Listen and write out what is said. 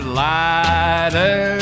lighter